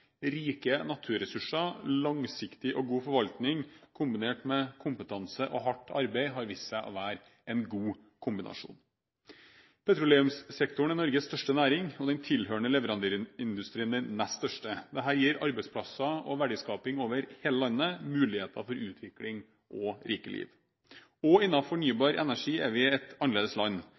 Rike naturressurser, langsiktig og god forvaltning kombinert med kompetanse og hardt arbeid har vist seg å være en god kombinasjon. Petroleumssektoren er Norges største næring, og den tilhørende leverandørindustrien den nest største. Dette gir arbeidsplasser og verdiskaping over hele landet, og muligheter for utvikling og rike liv. Også innenfor fornybar energi er vi et